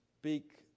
speak